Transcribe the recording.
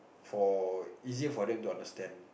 for easier for them to understand